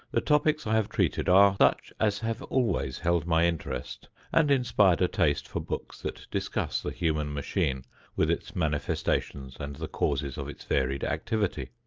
the topics i have treated are such as have always held my interest and inspired a taste for books that discuss the human machine with its manifestations and the causes of its varied activity.